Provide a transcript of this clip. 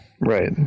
Right